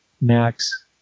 Max